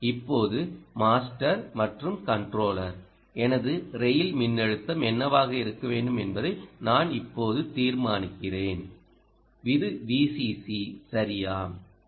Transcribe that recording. நான் இப்போது மாஸ்டர் மற்றும் கன்ட்ரோலர் எனது ரெயில் மின்னழுத்தம் என்னவாக இருக்க வேண்டும் என்பதை நான் இப்போது தீர்மானிக்கிறேன் இது Vcc சரியா